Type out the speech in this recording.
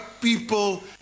people